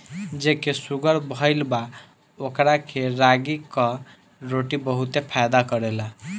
जेके शुगर भईल बा ओकरा के रागी कअ रोटी बहुते फायदा करेला